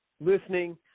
listening